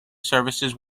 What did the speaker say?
services